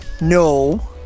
No